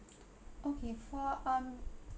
okay for um